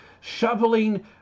shoveling